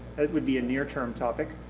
that would be a near-term topic,